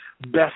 best